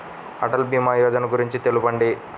అటల్ భీమా యోజన గురించి తెలుపండి?